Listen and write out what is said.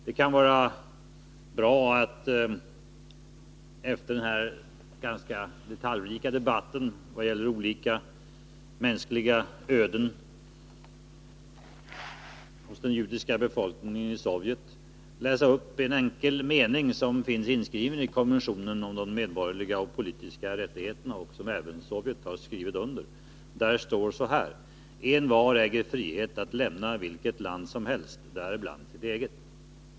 Det kan vara bra att efter den här ganska detaljrika debatten vad gäller olika mänskliga öden inom den judiska befolkningen i Sovjet läsa upp en enkel mening som finns inskriven i konventionen om de medborgerliga och politiska rättigheterna, vilken även Sovjet har skrivit under. Där står så här: Envar äger frihet att lämna vilket land som helst, däribland sitt eget.